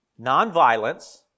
Nonviolence